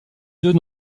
deux